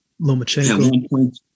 Lomachenko